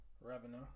revenue